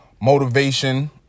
motivation